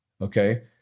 okay